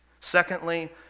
Secondly